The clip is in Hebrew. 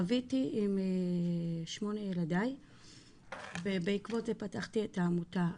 חוויתי עם 8 ילדי ובעקבות זה פתחתי את העמותה.